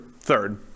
third